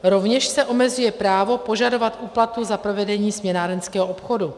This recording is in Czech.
Rovněž se omezuje právo požadovat úplatu za provedení směnárenského obchodu.